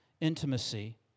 intimacy